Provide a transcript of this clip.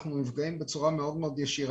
בעלי הגנים נפגעים בצורה ישירה.